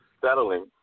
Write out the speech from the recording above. settling